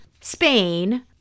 Spain